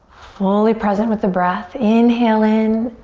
fully present with the breath. inhale in.